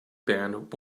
band